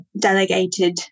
delegated